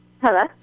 Hello